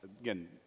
again